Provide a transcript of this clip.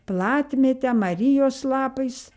platmėte marijos lapais